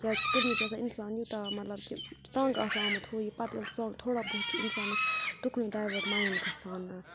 کیٛازِکہِ کُنہِ وِز چھِ آسان اِنسان یوٗتاہ مطلب کہِ تَنٛگ آسان آمُت ہُہ یہِ پَتہٕ ییٚلہِ سۄ تھوڑا بہت چھُ اِنسانَس تُکنُے ڈایوٲٹ مایِنٛڈ گَژھان